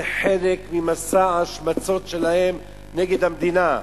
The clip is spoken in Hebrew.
זה חלק ממסע ההשמצות שלהם נגד המדינה.